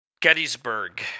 gettysburg